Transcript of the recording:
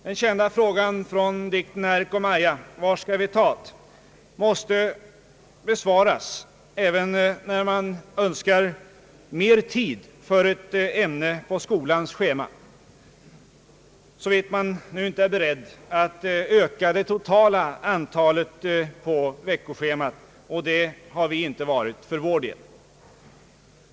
Den kända frågan från dikten om »Erk du, Maja du, var ska vi tat», måste besvaras även när man önskar mer tid för ett ämne på skolans schema, såvitt man nu inte är beredd att öka det totala timantalet på veckoschemat, och det har vi inte varit för vår del.